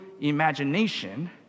imagination